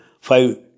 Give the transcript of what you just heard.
five